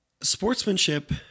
sportsmanship